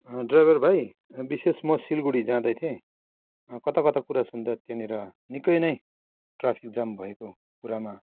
driver भाइ विशेष म सिलगढी जाँदै थिएँ कता कता कुरा सुन्दा त्यहाँनिर निकै नै ट्राफिक जाम भएको कुरामा